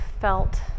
felt